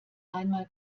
einmal